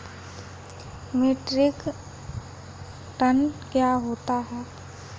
Metric ton क्या होता है?